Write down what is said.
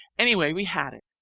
anyway, we had it,